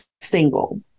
single